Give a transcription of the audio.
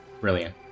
Brilliant